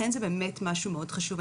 לכן, זה באמת משהו מאוד חשוב.